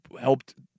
helped –